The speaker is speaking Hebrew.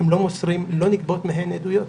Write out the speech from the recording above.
לא נגבות מהם עדויות.